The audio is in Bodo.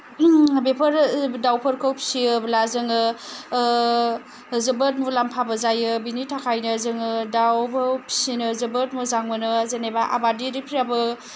बेफोरो दाउफोरखौ फिसियोब्ला जोङो जोबोद मुलाम्फाबो जायो बिनि थाखायनो जोङो दाउखौ फिसिनो जोबोद मोजां मोनो जेनेबा आबादारिफ्राबो